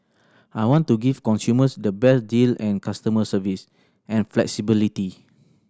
I want to give consumers the best deal and customer service and flexibility